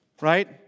right